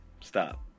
stop